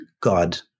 God